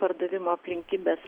pardavimo aplinkybes